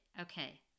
Okay